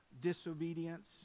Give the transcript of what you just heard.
disobedience